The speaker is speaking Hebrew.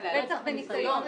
רצח וניסיון לרצח.